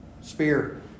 Spear